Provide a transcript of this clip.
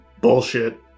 Bullshit